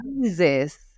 Jesus